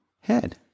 head